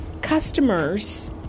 customers